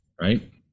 right